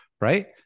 right